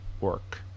work